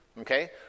okay